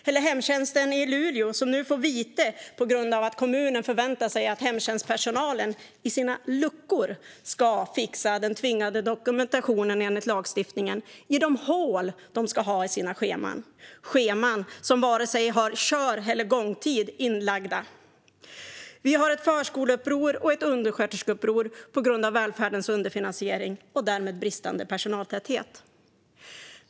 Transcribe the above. Eller hemtjänsten i Luleå, som nu får vite på grund av att kommunen förväntar sig att hemtjänstpersonalen i sina "luckor" ska fixa den enligt lagstiftningen tvingande dokumentationen. Detta ska de göra i de hål de ska ha i sina scheman - scheman som varken har kör eller gångtider inlagda. Vi har ett förskoleuppror och ett undersköterskeuppror på grund av välfärdens underfinansiering och därmed bristande personaltäthet.